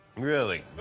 really?